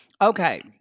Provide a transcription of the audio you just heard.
Okay